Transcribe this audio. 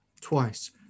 twice